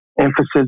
emphasis